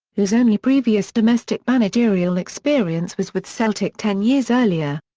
whose only previous domestic managerial experience was with celtic ten years earlier.